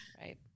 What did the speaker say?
Right